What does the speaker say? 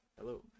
hello